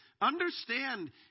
Understand